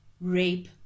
rape